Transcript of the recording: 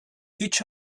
each